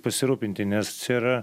pasirūpinti nes yra